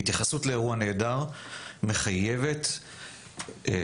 התייחסות לאירוע נעדר מחייבת תכנון,